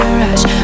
rush